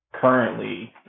currently